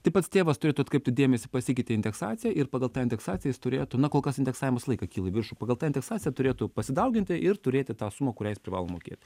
taip pats tėvas turėtų atkreipti dėmesį pasikeitė indeksacija ir pagal tą indeksaciją jis turėtų na kolkas indeksavimas visą laiką kyla į viršų pagal tą indeksaciją turėtų pasidauginti ir turėti tą sumą kurią jis privalo mokėti